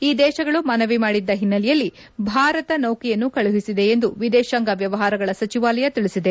ಈ ದೇಶಗಳು ಮನವಿ ಮಾಡಿದ್ದ ಹಿನ್ನೆಲೆಯಲ್ಲಿ ಭಾರತ ನೌಕೆಯನ್ನು ಕಳುಹಿಸಿದೆ ಎಂದು ವಿದೇಶಾಂಗ ವ್ನವಹಾರಗಳ ಸಚಿವಾಲಯ ತಿಳಿಸಿದೆ